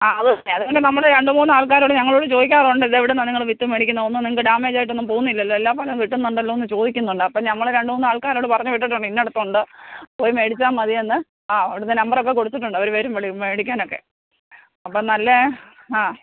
ആ അതുതന്നെ അതുകൊണ്ട് നമ്മൾ രണ്ട് മൂന്ന് ആൾക്കാരോട് ഞങ്ങളോട് ചോദിക്കാറുണ്ട് ഇതെവിടുന്നാണ് നിങ്ങൾ വിത്ത് മേടിക്കുന്നത് ഒന്നും നിങ്ങൾക്ക് ഡാമേജയിട്ടൊന്നും പോകുന്നില്ലല്ലോ എല്ലാ ഫലം കിട്ടുന്നുണ്ടല്ലോന്ന് ചോദിക്കുന്നുണ്ട് അപ്പോൾ നമ്മൾ രണ്ട് മൂന്ന് ആൾക്കാരോട് പറഞ്ഞുവിട്ടിട്ടുണ്ട് ഇന്നെടുത്തുണ്ട് പോയി മേടിച്ചാൽ മതിയെന്ന് ആ അവിടുത്തെ നമ്പറൊക്കെ കൊടുത്തിട്ടുണ്ട് അവർ വരും വിളിക്കും മേടിക്കാനൊക്കെ അപ്പോൾ നല്ല ആ